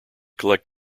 collect